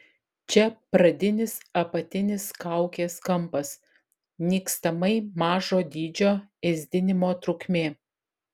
čia pradinis apatinis kaukės kampas nykstamai mažo dydžio ėsdinimo trukmė